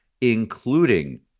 including